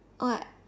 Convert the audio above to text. what